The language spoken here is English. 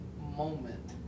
moment